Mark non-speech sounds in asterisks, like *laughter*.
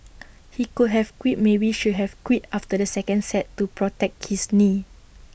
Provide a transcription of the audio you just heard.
*noise* he could have quit maybe should have quit after the second set to protect his knee